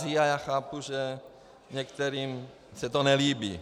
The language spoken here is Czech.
A já chápu, že některým se to nelíbí.